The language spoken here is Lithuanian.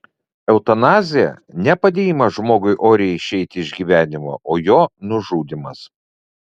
eutanazija ne padėjimas žmogui oriai išeiti iš gyvenimo o jo nužudymas